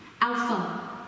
alpha